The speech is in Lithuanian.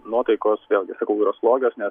nuotaikos vėlgi sakau yra slogios nes